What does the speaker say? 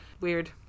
Weird